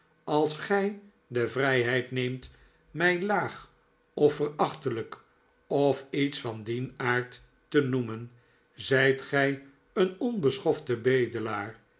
als gij de vrijheid neemt mij laag of verachtelijk of iets van dien aard te noemen zijt gij een onbeschofte bedelaar